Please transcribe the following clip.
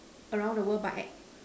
around the world but act~